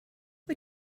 wyt